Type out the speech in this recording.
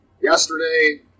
yesterday